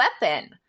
Weapon